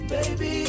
Baby